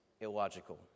illogical